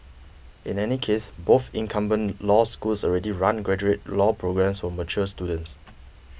in any case both incumbent law schools already run graduate law programmes for mature students